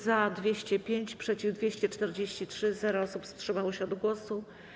Za - 205, przeciw - 243, nikt nie wstrzymał się od głosu.